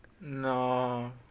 No